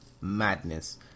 madness